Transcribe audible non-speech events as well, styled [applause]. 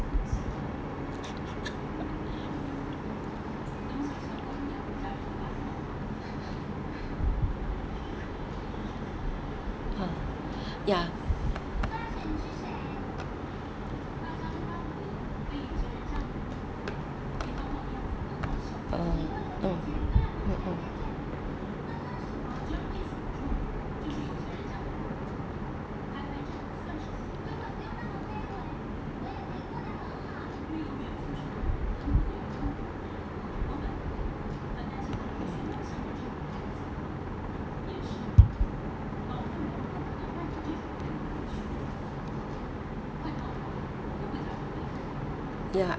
[laughs] hmm ya uh mm mm ya